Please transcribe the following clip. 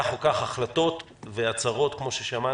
כך או כך, החלטות והצהרות, כפי ששמענו,